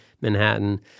Manhattan